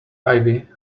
ivy